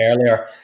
earlier